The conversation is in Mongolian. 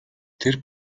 тэр